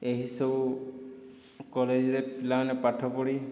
ଏହିସବୁ କଲେଜରେ ପିଲାମାନେ ପାଠ ପଢ଼ି